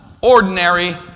ordinary